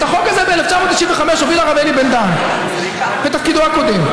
את החוק ב-1995 הוביל הרב אלי בן-דהן בתפקידו הקודם.